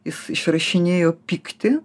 jis išrašinėjo pyktį